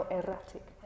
erratic